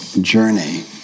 journey